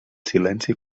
silenci